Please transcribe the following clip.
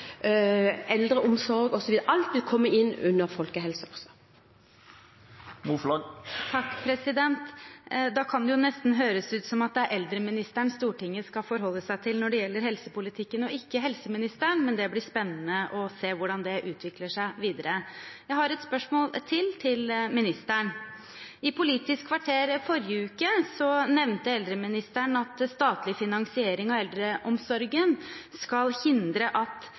eldreomsorg osv. Alt vil komme inn under folkehelseposten. Det kan nesten høres som om det er eldreministeren Stortinget skal forholde seg til når det gjelder helsepolitikken, og ikke helseministeren. Det blir spennende å se hvordan det utvikler seg videre. Jeg har enda et spørsmål til ministeren: I Politisk kvarter i forrige uke nevnte eldreministeren at statlig finansiering av eldreomsorgen skal hindre at